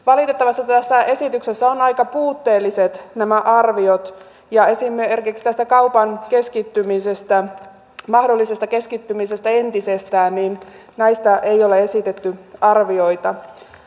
valitettavasti tässä esityksessä ovat aika puutteelliset nämä arviot ja esimerkiksi tästä kaupan mahdollisesta keskittymisestä entisestään ei ole esitetty arvioita